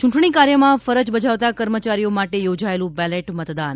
ચૂંટણીકાર્યમાં ફરજ બજાવતા કર્મચારીઓ માટે યોજાયેલુ બેલેટ મતદાન